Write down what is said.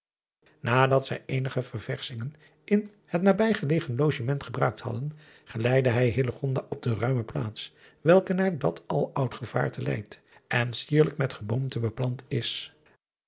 adat zij eenige ververschingen in het daarbij gelegen logement gebruikt hadden geleidde hij op de ruime plaats welke naar dat al driaan oosjes zn et leven van illegonda uisman oud gevaarte leidt en sierlijk met geboomte beplant is